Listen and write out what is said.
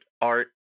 art